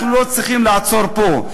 אנחנו לא צריכים לעצור פה.